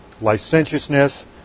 licentiousness